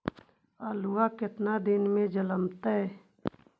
आलू केतना दिन में जलमतइ?